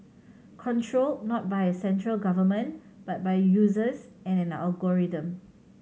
controlled not by a central government but by users and an algorithm